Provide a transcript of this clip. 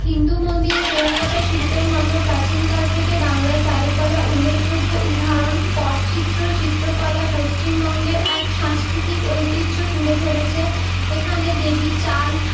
হিন্দু মন্দিরে টেরাকোটা শিল্পের মতো প্রাচীনকাল থেকে বাংলায় চারুকলা উল্লেখযোগ্য উদাহরণ পটচিত্র চিত্রকলা পশ্চিমবঙ্গের এক সাংস্কৃতিক ঐতিহ্য তুলে ধরেছে এখানে দেবীচাল